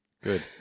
Good